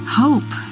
hope